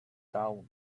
town